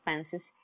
expenses